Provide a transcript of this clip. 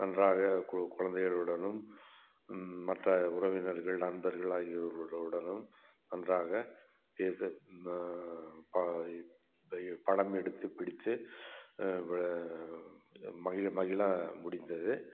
நன்றாக கு குழந்தைகளுடனும் மற்ற உறவினர்கள் நண்பர்கள் ஆகியோருடனும் நன்றாக பேச படம் எடுத்துப் பிடித்து மகிழ மகிழ முடிந்தது